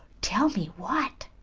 tell me what?